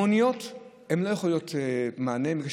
המוניות לא יכולות להיות מענה בגלל